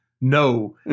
no